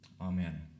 Amen